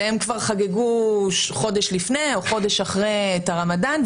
והם כבר חגגו חודש לפני או חודש אחרי את הרמדאן,